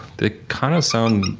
they kind of sound